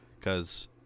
cause